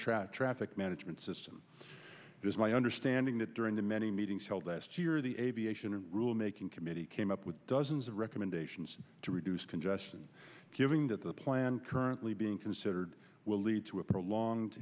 traffic traffic management system is my understanding that during the many meetings held last year the aviation rulemaking committee came up with dozens of recommendations to reduce congestion giving that the plan currently being considered will lead to a prolonged